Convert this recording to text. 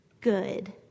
good